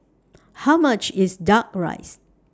How much IS Duck Rice